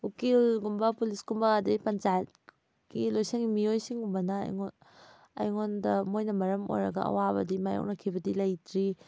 ꯎꯀꯤꯜꯀꯨꯝꯕ ꯄꯨꯂꯤꯁꯀꯨꯝꯕ ꯑꯗꯩ ꯄꯟꯆꯥꯌꯠꯀꯤ ꯂꯣꯏꯁꯪꯒꯤ ꯃꯤꯑꯣꯏ ꯁꯤꯒꯨꯝꯕꯅ ꯑꯩꯉꯣꯟꯗ ꯃꯣꯏꯅ ꯃꯔꯝ ꯑꯣꯏꯔꯒ ꯑꯋꯥꯕꯗꯤ ꯃꯥꯌꯣꯛꯅꯈꯤꯕꯗꯤ ꯂꯩꯇ꯭ꯔꯤ